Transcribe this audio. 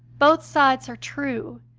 both sides are true,